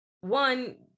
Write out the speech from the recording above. one